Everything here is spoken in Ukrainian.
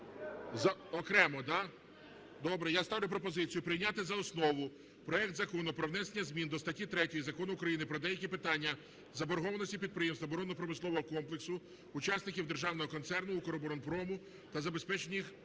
Я ставлю пропозицію прийняти за основу проект Закону про внесення змін до статті 3 Закону України “Про деякі питання заборгованості підприємств оборонно-промислового комплексу – учасників Державного концерну “Укроборонпром” та забезпечення їх